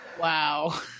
wow